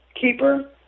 keeper